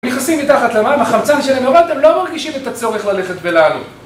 נכנסים מתחת למים, החמצן שלהם נורא, אתם לא מרגישים את הצורך ללכת בלענים